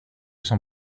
son